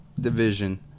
division